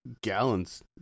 gallons